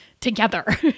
together